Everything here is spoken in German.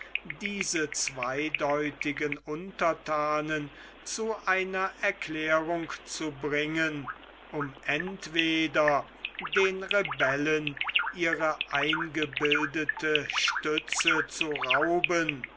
diese zweideutigen unterthanen zu einer erklärung zu bringen um entweder den rebellen ihre eingebildete stütze zu rauben